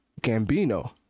Gambino